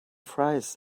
fries